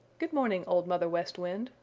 good morning, old mother west wind,